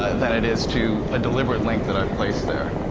ah than it is to a deliberate link that i've placed there.